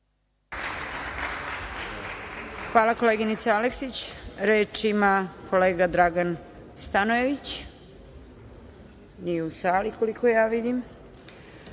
Hvala, koleginice Aleksić. Reč ima kolega Dragan Stanojević, nije u sali koliko ja vidim. Dajem